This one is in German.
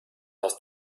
dass